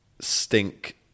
stink